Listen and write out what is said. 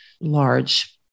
large